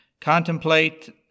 contemplate